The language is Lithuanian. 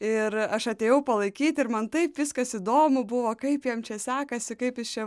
ir aš atėjau palaikyti ir man taip viskas įdomu buvo kaip jam čia sekasi kaip jis čia